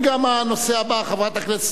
16 בעד, אין מתנגדים,